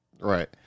Right